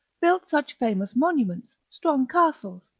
built such famous monuments, strong castles,